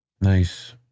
Nice